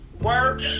work